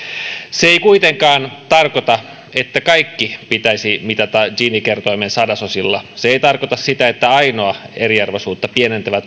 se ei kuitenkaan tarkoita että kaikki pitäisi mitata gini kertoimen sadasosilla se ei tarkoita sitä että ainoa eriarvoisuutta pienentävä